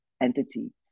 entity